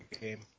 game